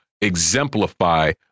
exemplify